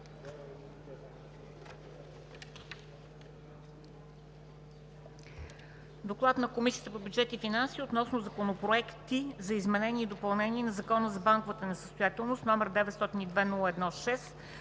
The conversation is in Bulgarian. „ДОКЛАД на Комисията по бюджет и финанси относно законопроекти за изменение и допълнение на Закона за банковата несъстоятелност, № 902-01-6,